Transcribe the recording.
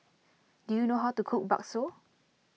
do you know how to cook Bakso